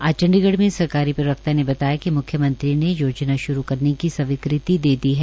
आज चंडीगढ़ में सरकारी प्रवक्ता ने बताया कि म्ख्यमंत्री ने योजना श्रू करने की स्वीकृति दे दी है